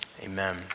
amen